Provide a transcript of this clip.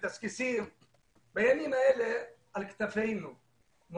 בימים אלה על כתפינו,